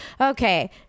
Okay